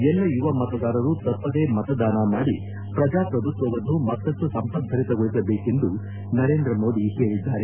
ಎಲ್ಲ ಯುವ ಮತದಾರರು ತಪ್ಪದೆ ಮತದಾನ ಮಾಡಿ ಪ್ರಜಾಪ್ರಭುತ್ವವನ್ನು ಮತ್ತಪ್ಪು ಸಂಪದ್ಲರಿತಗೊಳಿಸಬೇಕೆಂದು ನರೇಂದ್ರ ಮೋದಿ ಹೇಳಿದ್ದಾರೆ